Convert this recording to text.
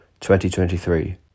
2023